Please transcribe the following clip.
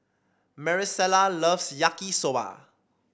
Maricela loves Yaki Soba